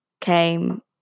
came